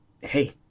hey